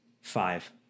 five